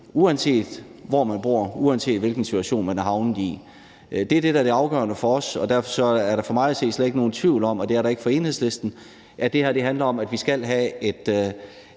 uanset hvor man bor, uanset hvilken situation man er havnet i. Det er det, der er det afgørende for os, og derfor er der for mig at se slet ikke nogen tvivl om, og det er der ikke for Enhedslisten, at det her handler om, at vi skal have et